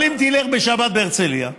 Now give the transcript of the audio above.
אבל אם תלך בשבת להרצליה,